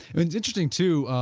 it's interesting too,